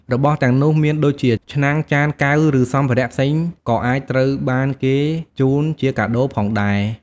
របស់ទាំងនោះមានដូចជា ឆ្នាំង ចាន កែវ ឬសម្ភារៈផ្សេង ក៏អាចត្រូវបានគេជូនជាកាដូផងដែរ ។